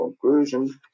conclusion